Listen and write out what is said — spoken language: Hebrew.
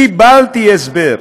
קיבלתי הסבר,